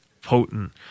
potent